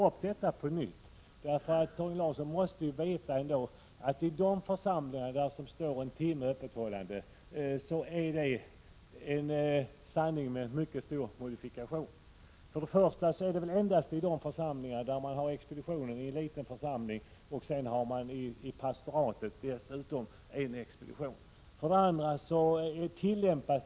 Han måste ändå veta att det är en sanning med mycket stor modifikation när det på pastorsexpeditionernas anslagstavlor anges en timmes öppethållande om dagen. Denna enda timmmes öppethållande gäller för det första bara för expeditioner i små församlingar. Pastoratet har dessutom en egen expedition. För det andra är det ändå inte fråga om bara en timmes öppethållande.